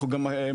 אנחנו גם מכירים.